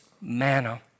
manna